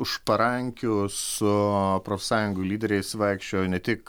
už parankių su profsąjungų lyderiais vaikščiojo ne tik